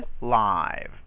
live